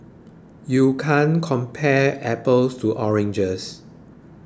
you can't compare apples to oranges